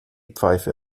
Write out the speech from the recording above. pfeife